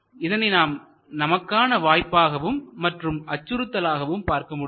இதனை நாம் நமக்கான வாய்ப்பாகவும் மற்றும் அச்சுறுத்தலாகவும் பார்க்க முடியும்